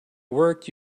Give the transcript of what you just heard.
worked